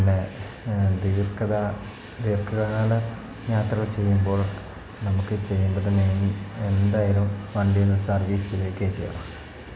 പിന്നേ ദീർഘത ദീർഘകാല യാത്ര ചെയ്യുമ്പോൾ നമുക്ക് ചെയ്യുമ്പോൾ തന്നെയും എന്തായാലും വണ്ടി ഒന്ന് സർവീസിൽ കയറ്റുക